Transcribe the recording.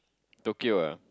Tokyo ah